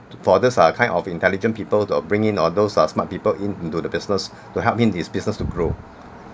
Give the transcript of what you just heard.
for this uh kind of intelligent people to bring in or those uh smart people in into the business to help him his business to grow